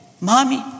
mommy